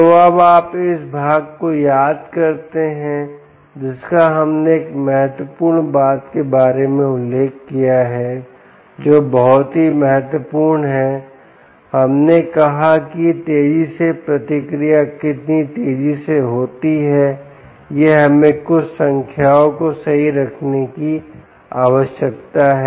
तो अब आप इस भाग को याद करते हैं जिसका हमने एक महत्वपूर्ण बात के बारे में उल्लेख किया है जो बहुत ही महत्वपूर्ण है हमने कहा कि तेजी से प्रतिक्रिया कितनी तेजी से होती है यह हमें कुछ संख्याओं को सही रखने की आवश्यकता है